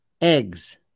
Eggs